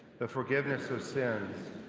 the forgiveness of sins,